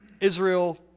Israel